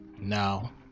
Now